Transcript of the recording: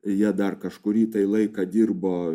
jie dar kažkurį laiką dirbo